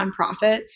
nonprofits